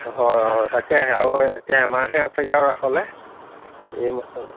হয় হয় তাকে আৰু এতিয়া এমাহে আছেগে আৰু ৰাসলে এই ম